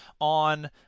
on